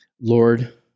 Lord